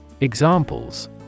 Examples